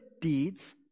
deeds